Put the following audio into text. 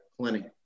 plenty